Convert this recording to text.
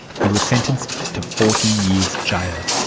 he was sentenced to forty years jail.